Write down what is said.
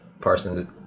Parsons